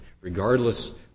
regardless